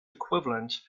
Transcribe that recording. equivalent